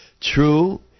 True